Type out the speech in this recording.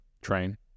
train